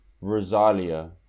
Rosalia